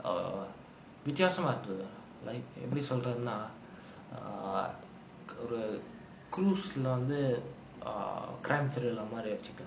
err வித்தியாசமா:vithyaasamaa like எப்படி சொல்றதுனா:eppadi solrathunaa err cruise lah வந்து:vanthu crime thriller மாரி:maari